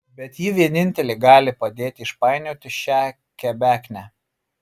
bet ji vienintelė gali padėti išpainioti šią kebeknę